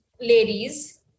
ladies